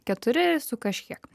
keturi su kažkiek